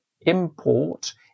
import